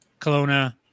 Kelowna